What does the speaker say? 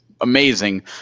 amazing